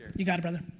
you got it brother.